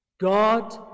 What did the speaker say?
God